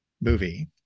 movie